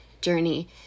journey